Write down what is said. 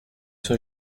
soit